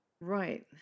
Right